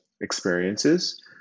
experiences